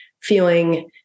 feeling